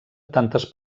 tantes